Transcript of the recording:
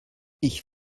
ich